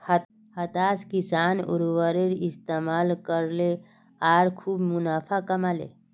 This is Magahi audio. हताश किसान उर्वरकेर इस्तमाल करले आर खूब मुनाफ़ा कमा ले